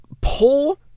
pull